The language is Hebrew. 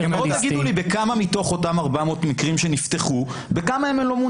תגידו לי בכמה מתוך אותם מקרים שנפתחו מונה.